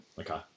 Okay